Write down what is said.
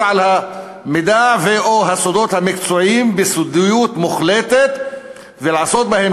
על המידע ו/או הסודות המקצועיים בסודיות מוחלטת ולעשות בהם